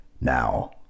Now